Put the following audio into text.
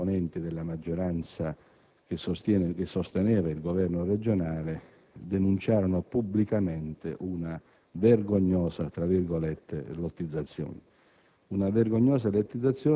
allorquando perfino componenti della maggioranza che sosteneva il Governo regionale denunciarono pubblicamente una vergognosa «lottizzazione»,